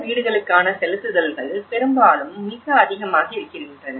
இந்த வீடுகளுக்கான செலுத்துதல்கள் பெரும்பாலும் மிக அதிகமாக இருக்கின்றன